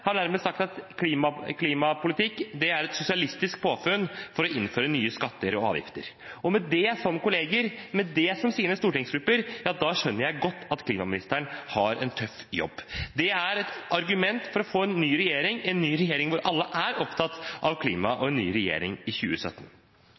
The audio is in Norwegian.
sagt at klimapolitikk er et sosialistisk påfunn for å innføre nye skatter og avgifter. Med dette som kollegaer, med dette som sine stortingsgrupper, skjønner jeg godt at klimaministeren har en tøff jobb. Der er et argument for å få en ny regjering, en ny regjering hvor alle er opptatt av klima – en ny regjering i 2017.